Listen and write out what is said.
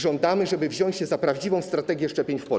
Żądamy, żeby wziąć się za prawdziwą strategię szczepień w Polsce.